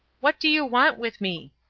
what do you want with me?